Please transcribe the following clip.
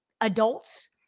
adults